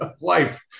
life